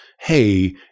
hey